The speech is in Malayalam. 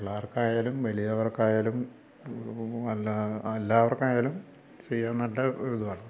പിള്ളേർക്കായാലും വലിയവർക്കായാലും എല്ലാ എല്ലാവർക്കായാലും ചെയ്യാൻ നല്ല ഇതാണ്